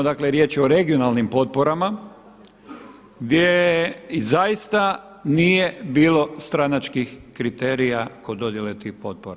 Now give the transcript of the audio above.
Dakle, riječ je o regionalnim potporama gdje je i zaista nije bilo stranačkih kriterija kod dodjele tih potpora.